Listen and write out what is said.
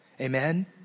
Amen